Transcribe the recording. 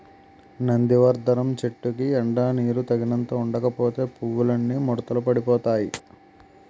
నందివర్థనం చెట్టుకి ఎండా నీరూ తగినంత ఉండకపోతే పువ్వులన్నీ ముడతలు పడిపోతాయ్